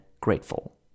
grateful